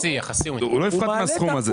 הוא לא יפחת מן הסכום הזה.